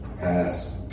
Pass